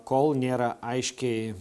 kol nėra aiškiai